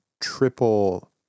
triple